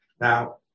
Now